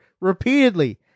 repeatedly